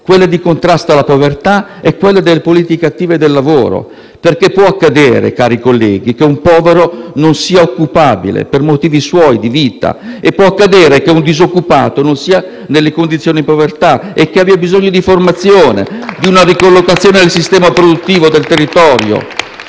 quella del contrasto alla povertà e quella delle politiche attive del lavoro. Può infatti accadere, cari colleghi, che un povero non sia occupabile per motivi suoi, di vita, e può accadere che un disoccupato non sia in condizioni di povertà e che abbia bisogno di formazione, di una ricollocazione nel sistema produttivo del territorio.